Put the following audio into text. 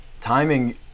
timing